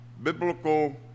biblical